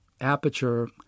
aperture